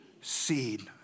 seed